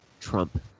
Trump